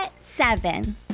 seven